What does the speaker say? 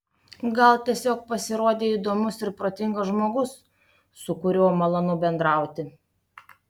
gal tiesiog pasirodei įdomus ir protingas žmogus su kuriuo malonu bendrauti